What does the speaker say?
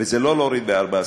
וזה לא להוריד ב-14%,